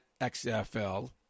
XFL